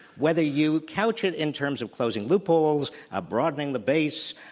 whether you couch it in terms of closing loopholes, ah broadening the base,